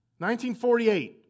1948